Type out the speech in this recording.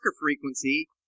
frequency